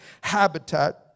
habitat